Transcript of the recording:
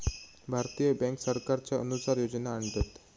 भारतीय बॅन्क सरकारच्या अनुसार योजना आणतत